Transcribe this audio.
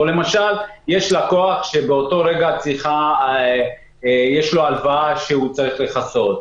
או למשל יש לקוח שבאותו רגע יש לו הלוואה שהוא צריך לכסות,